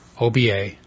OBA